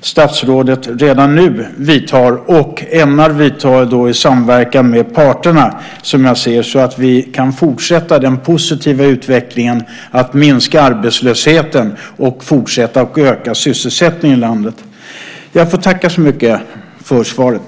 statsrådet redan nu vidtar och ämnar vidta i samverkan med parterna som gör att vi kan fortsätta den positiva utvecklingen att minska arbetslösheten och fortsätta att öka sysselsättningen i landet. Jag får tacka så mycket för svaret.